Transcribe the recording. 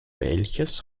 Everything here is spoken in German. welches